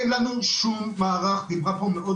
אין לנו שום מערך, דיברה פה מאוד